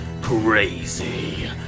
crazy